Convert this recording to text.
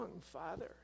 Father